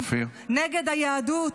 נגד היהדות.